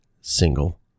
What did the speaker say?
single